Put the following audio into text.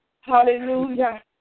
Hallelujah